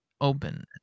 open